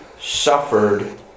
suffered